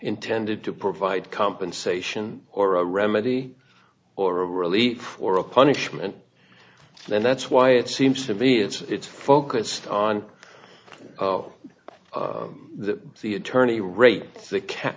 intended to provide compensation or a remedy or a relief or a punishment and that's why it seems to be it's focused on of the the attorney rate the ca